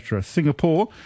Singapore